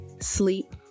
sleep